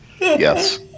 Yes